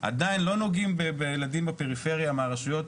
עדיין לא נוגעים בילדים בפריפריה מהרשויות